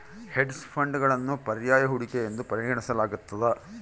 hedge ಫಂಡ್ಗಳನ್ನು ಪರ್ಯಾಯ ಹೂಡಿಕೆ ಎಂದು ಪರಿಗಣಿಸಲಾಗ್ತತೆ